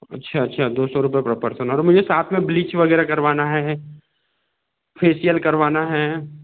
अच्छा अच्छा दो सौ रुपये पर पर्सन और मुझे साथ में ब्लीच वगैरह करवाना है फेसियल करवाना है